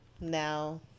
Now